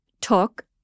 took